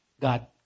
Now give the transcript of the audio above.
God